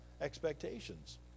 expectations